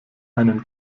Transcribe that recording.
einen